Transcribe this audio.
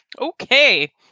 Okay